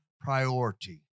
priority